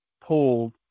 pulled